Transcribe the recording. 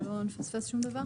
שלא נפספס שום דבר.